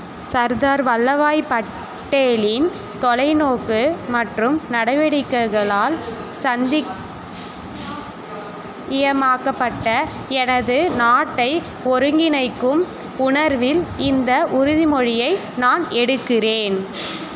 சர்தார் வல்லபாய் பட்டேலின் தொலைநோக்கு மற்றும் நடவடிக்கைகளால் சந்திக் யமாக்கப்பட்ட எனது நாட்டை ஒருங்கிணைக்கும் உணர்வில் இந்த உறுதிமொழியை நான் எடுக்கிறேன்